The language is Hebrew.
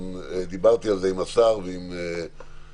דיברתי על זה עם השר ועם הפרוקטור,